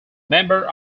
member